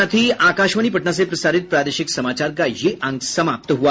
इसके साथ ही आकाशवाणी पटना से प्रसारित प्रादेशिक समाचार का ये अंक समाप्त हुआ